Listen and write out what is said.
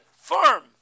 firm